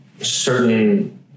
certain